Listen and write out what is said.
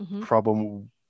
problem